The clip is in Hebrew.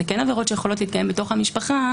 שאלה כן עבירות שיכולות להתקיים בתוך המשפחה,